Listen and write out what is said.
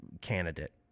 candidate